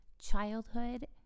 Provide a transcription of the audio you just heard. Childhood